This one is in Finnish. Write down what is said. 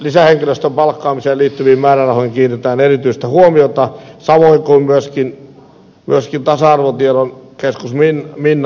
lisähenkilöstön palkkaamiseen liittyviin määrärahoihin kiinnitetään erityistä huomiota samoin kuin myöskin tasa arvo ohjelman kärkinimiin viime